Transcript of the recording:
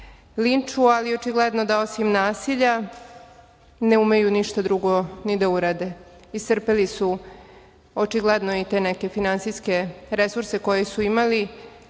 linču, ali očigledno da osim nasilja ne umeju ništa drugo ni da urade. Iscrpeli su očigledno te neke finansijske resurse koje su imali,